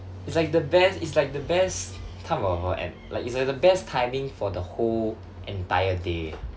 it's like the best it's like the best time of of of and like it's the best timing for the whole entire day